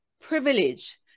privilege